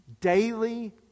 Daily